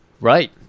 Right